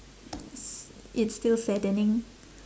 s~ it's still saddening